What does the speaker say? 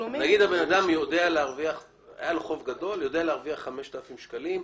שלאדם היה חוב גדול והוא יודע להרוויח 5,000 שקלים.